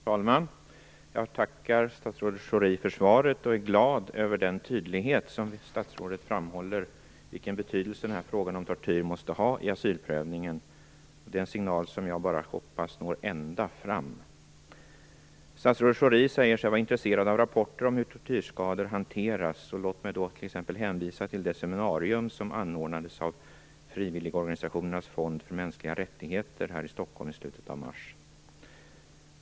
Herr talman! Jag tackar statsrådet Schori för svaret. Jag är glad över den tydlighet med vilken statsrådet framhåller den betydelse frågan om tortyr måste ha vid asylprövning. Det är en signal som jag hoppas når ända fram. När det gäller rapporter om hur tortyrskador hanteras kan jag t.ex. hänvisa till det seminarium som anordnades av Frivilligorganisationernas Fond för Mänskliga Rättigheter här i Stockholm i slutet av mars.